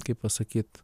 kaip pasakyt